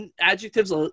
adjectives